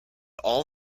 all